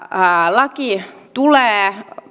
laki tulee